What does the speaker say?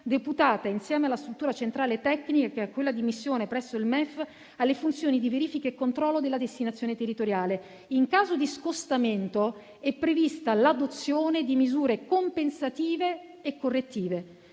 deputata insieme alla struttura centrale tecnica e a quella di missione presso il MEF, alle funzioni di verifica e controllo della destinazione territoriale. In caso di scostamento è prevista l'adozione di misure compensative e correttive.